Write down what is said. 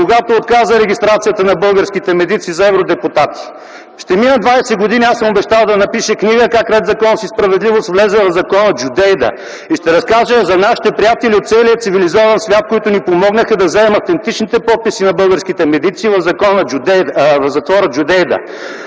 когато отказа регистрацията на българските медици за евродепутати. Ще минат 20 години, аз съм обещал да напиша книга, как „Ред, законност и справедливост” влезе в затвора „Джудейда” и ще разкажа за нашите приятели от целия цивилизован свят, които ни помогнаха да вземем автентичните подписи на българските медици в затвора „Джудейда”.